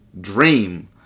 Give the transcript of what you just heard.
dream